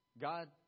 God